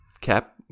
cap